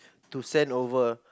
to send over